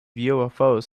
ufos